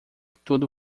tudo